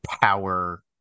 Power